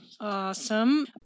Awesome